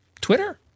Twitter